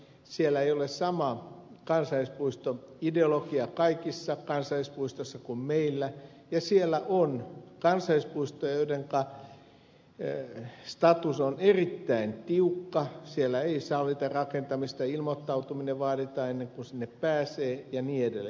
siellä ei ole sama kansallispuistoideologia kaikissa kansallispuistoissa kuin meillä ja siellä on kansallispuistoja joidenka status on erittäin tiukka siellä ei sallita rakentamista ilmoittautuminen vaaditaan ennen kuin sinne pääsee ja niin edelleen